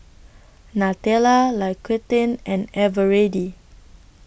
Nutella L'Occitane and Eveready